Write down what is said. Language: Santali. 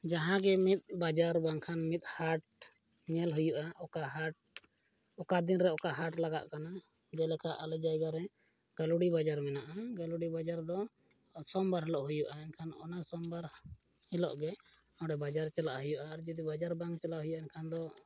ᱡᱟᱦᱟᱸᱜᱮ ᱢᱤᱫ ᱵᱟᱡᱟᱨ ᱵᱟᱝᱠᱷᱟᱱ ᱢᱤᱫ ᱦᱟᱴ ᱧᱮᱞ ᱦᱩᱭᱩᱜᱼᱟ ᱚᱠᱟ ᱦᱟᱴ ᱚᱠᱟ ᱫᱤᱱᱨᱮ ᱚᱠᱟ ᱦᱟᱴ ᱞᱟᱜᱟᱜ ᱠᱟᱱᱟ ᱡᱮᱞᱮᱠᱟ ᱟᱞᱮ ᱡᱟᱭᱜᱟᱨᱮ ᱜᱟᱹᱞᱩᱰᱤ ᱵᱟᱡᱟᱨ ᱢᱮᱱᱟᱜᱼᱟ ᱜᱟᱹᱞᱩᱰᱤ ᱵᱟᱡᱟᱨᱫᱚ ᱥᱳᱢᱵᱟᱨ ᱦᱤᱞᱳᱜ ᱦᱩᱭᱩᱜᱼᱟ ᱮᱱᱠᱷᱟᱱ ᱚᱱᱟ ᱥᱳᱢᱵᱟᱨ ᱦᱤᱞᱳᱜ ᱜᱮ ᱚᱸᱰᱮ ᱵᱟᱡᱟᱨ ᱪᱟᱞᱟᱜ ᱦᱩᱭᱩᱜᱼᱟ ᱟᱨ ᱡᱩᱫᱤ ᱵᱟᱡᱟᱨ ᱵᱟᱝ ᱪᱟᱞᱟᱜ ᱦᱩᱭᱩᱜᱼᱟ ᱮᱱᱠᱷᱟᱱ ᱫᱚ